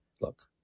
look